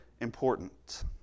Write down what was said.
important